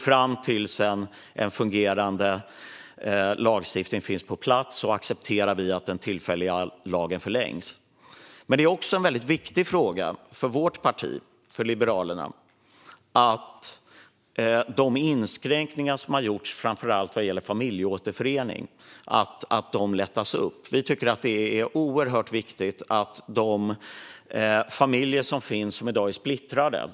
Fram till att en fungerande lagstiftning finns på plats accepterar vi att den tillfälliga lagen förlängs. Det är också en väldigt viktig fråga för vårt parti Liberalerna att de inskränkningar som har gjorts framför allt vad gäller familjeåterförening lättas upp. Vi tycker att frågan om de familjer som i dag är splittrade är oerhört viktig.